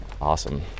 Awesome